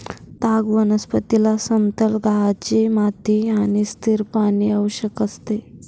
ताग वनस्पतीला समतल गाळाची माती आणि स्थिर पाणी आवश्यक असते